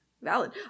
Valid